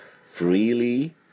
freely